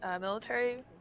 military